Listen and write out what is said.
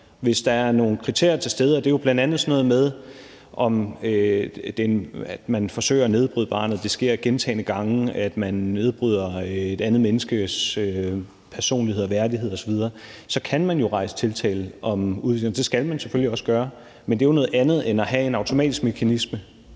hvis der er nogle kriterier til stede, og det er bl.a. sådan noget med, at man forsøger at nedbryde barnet, eller at det sker gentagne gange, at man nedbryder et andet menneskes personlighed, værdighed osv. Så kan man jo rejse tiltale, og det skal man selvfølgelig også gøre, men det er jo noget andet end at have en automatisk mekanisme.